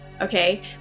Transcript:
okay